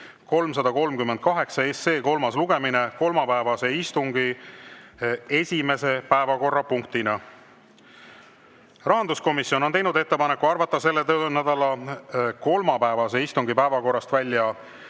338 SE kolmas lugemine kolmapäevase istungi esimese päevakorrapunktina. Rahanduskomisjon on teinud ettepaneku arvata selle töönädala kolmapäevase istungi päevakorrast välja